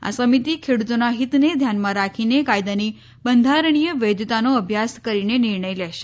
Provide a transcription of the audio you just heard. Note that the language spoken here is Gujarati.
આ સમિતિ ખેડૂતોના હિતને ધ્યાનમાં રાખીને કાયદાની બંધારણીય વૈધતાનો અભ્યાસ કરીને નિર્ણય લેશે